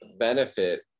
benefit